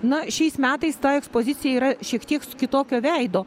na šiais metais ta ekspozicija yra šiek tieks kitokio veido